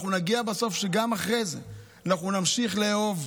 אנחנו נגיע בסוף שגם אחרי זה אנחנו נמשיך לאהוב.